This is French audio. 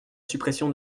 suppression